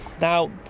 Now